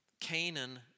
Canaan